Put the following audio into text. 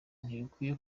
ntibikwiye